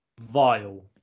Vile